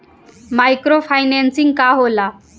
Micro financing का होला?